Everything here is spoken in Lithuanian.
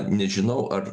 nežinau ar